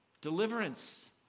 Deliverance